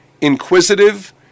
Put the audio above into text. inquisitive